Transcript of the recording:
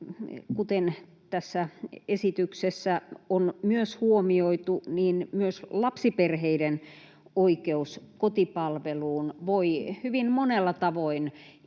kuten myös tässä esityksessä on huomioitu — myös lapsiperheiden oikeus kotipalveluun voi hyvin monella tavoin